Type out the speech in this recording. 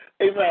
amen